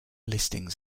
listings